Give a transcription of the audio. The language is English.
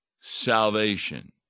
salvation